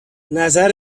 نظر